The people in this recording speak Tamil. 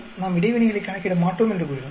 நாம் இடைவினைகளை கணக்கிட மாட்டோம் என்று கூறினோம்